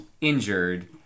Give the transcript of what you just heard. injured